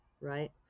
right